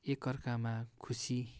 एकाअर्कामा खुसी